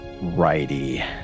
righty